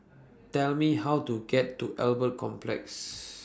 Tell Me How to get to Albert Complex